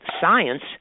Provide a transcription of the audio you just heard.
science